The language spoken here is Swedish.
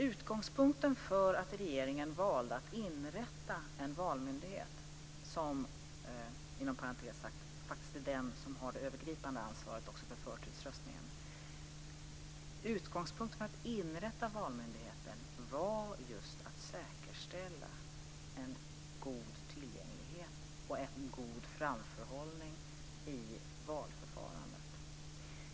Utgångspunkten för att regeringen valde att inrätta en valmyndighet - som faktiskt är den som har det övergripande ansvaret också för förtidsröstningen - var just att säkerställa en god tillgänglighet och en god framförhållning i valförfarandet.